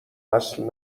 اصل